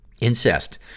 incest